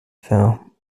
fell